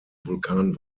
vulkan